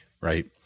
right